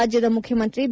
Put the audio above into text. ರಾಜ್ಯದ ಮುಖ್ಯಮಂತ್ರಿ ಬಿ